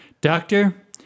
doctor